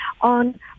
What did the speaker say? on